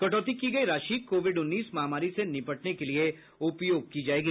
कटौती की गयी राशि कोविड उन्नीस महामारी से निपटने के लिये उपयोग की जायेगी